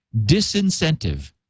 disincentive